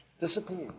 disappears